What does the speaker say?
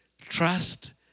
Trust